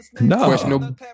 No